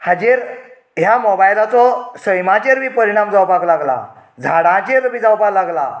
हाजेर ह्या मोबायलाचो सैमाचेर बी परिणाम जावपाक लागलां झाडांचेर बी जावपाक लागलां